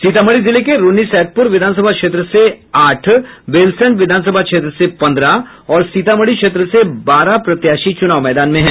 सीतामढ़ी जिले के रून्नीसैदपुर विधानसभा क्षेत्र से आठ बेलसंड विधानसभा क्षेत्र से पंद्रह और सीतामढ़ी क्षेत्र से बारह प्रत्याशी चुनाव मैदान में हैं